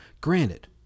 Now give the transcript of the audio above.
Granted